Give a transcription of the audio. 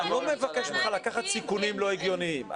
אני לא מבקש ממך לקחת סיכונים לא הגיוניים.